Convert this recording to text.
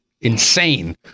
insane